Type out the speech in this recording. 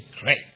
great